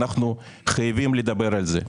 ואנחנו חייבים לדבר על זה.